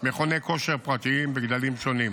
מכוני כושר פרטיים בגדלים שונים.